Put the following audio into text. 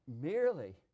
merely